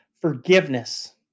forgiveness